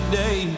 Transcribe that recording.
day